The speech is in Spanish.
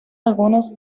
algunos